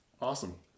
Awesome